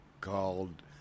called